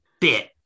bit